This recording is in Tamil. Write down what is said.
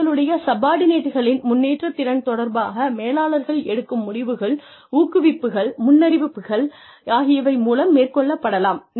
தங்களுடைய சப்பார்டினேட்களின் முன்னேற்றத் திறன் தொடர்பாக மேலாளர்கள் எடுக்கும் முடிவுகள் ஊக்குவிப்புகள் முன்னறிவிப்புகள் ஆகியவை மூலம் மேற்கொள்ளப்படலாம்